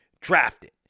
drafted